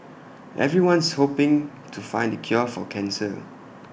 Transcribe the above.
everyone's hoping to find the cure for cancer